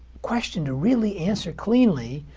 question to really answer cleanly,